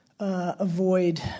Avoid